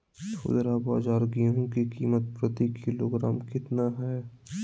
खुदरा बाजार गेंहू की कीमत प्रति किलोग्राम कितना है?